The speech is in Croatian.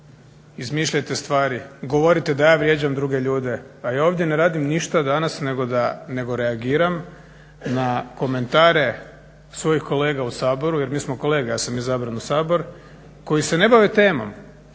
izmišljajte stvari, govorite da ja vrijeđam druge ljude. Pa ja ovdje ne radim ništa danas nego reagiram na komentare svojih kolega u Saboru jer mi smo kolege, ja sam izabran u Sabor koji se ne bave temom,